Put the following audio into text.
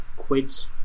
quids